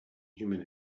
human